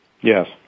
Yes